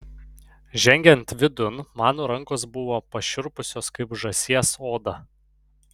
žengiant vidun mano rankos buvo pašiurpusios kaip žąsies oda